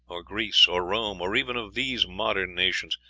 or greece, or rome, or even of these modern nations,